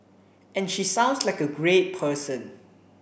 and she sounds like a great person